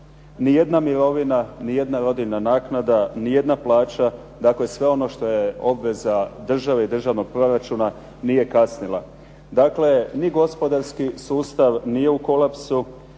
Nijedna mirovina, nijedna rodiljna naknada, nijedna plaća, dakle sve ono što je obveza države i državnog proračuna nije kasnila. Dakle, ni gospodarski sustav nije u kolapsu.